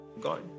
God